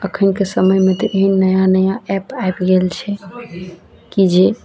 अखनिके समयमे तऽ ई नया नया एप आबि गेल छै की जे